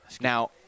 Now